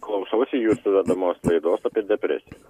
klausausi jūsų vedamos laidos apie depresiją